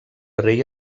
rei